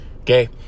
okay